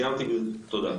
תודה.